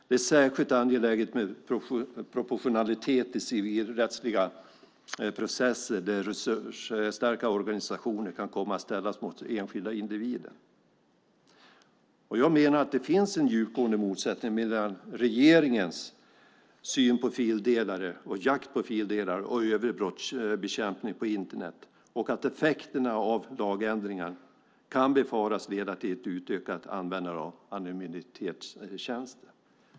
Det är särskilt angeläget med proportionalitet i civilrättsliga processer där resursstarka organisationer kan komma att ställas mot enskilda individer. Jag menar att det finns en djupgående motsättning mellan regeringens syn på och jakt på fildelare och övrig brottsbekämpning på Internet och att effekterna av lagändringar kan befaras leda till ett utökat användande av anonymitetstjänster.